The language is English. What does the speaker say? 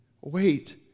Wait